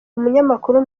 umunyamakuru